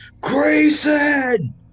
Grayson